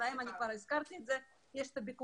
שלגביהם כבר הזכרתי --- בלה,